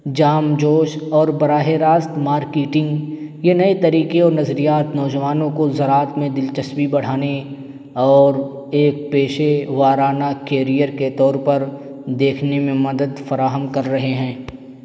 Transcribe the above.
جام جوش اور براہ راست مارکیٹنگ یہ نئے طریقے اور نظریات نوجوانوں کو زراعت میں دلچسپی بڑھانے اور ایک پیشے وارانہ کیریئر کے طور پر دیکھنے میں مدد فراہم کر رہے ہیں